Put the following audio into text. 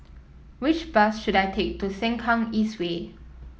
which bus should I take to Sengkang East Way